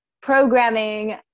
programming